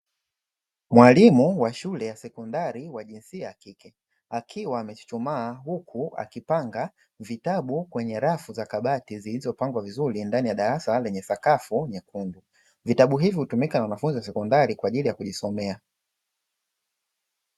Mwalimu wa shule ya sekondari wa jinsia ya kike. Akiwa amechuchumaa huku akipanga vitabu kwenye rafu za kabati zilizopangwa vizuri ndani ya darasa lenye sakafu nyekundu. Vitabu hivi hutumika na wanafunzi wa sekondari kwa ajili ya kujisomea.